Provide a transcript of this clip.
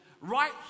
right